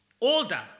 older